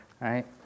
right